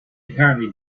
apparently